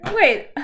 Wait